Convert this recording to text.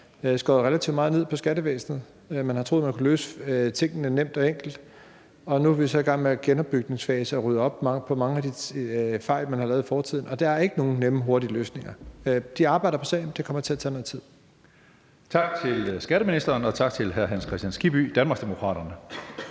relativt meget ned på skattevæsenet og har troet, at man har kunnet løse tingene nemt og enkelt. Nu er vi så i gang med en genopbygningsfase og at rydde op i mange af de fejl, man har lavet i fortiden. Der er ikke nogen nemme og hurtige løsninger. De arbejder på sagen, og det kommer til at tage noget tid.